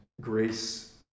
grace